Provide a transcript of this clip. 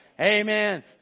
amen